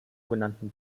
genannten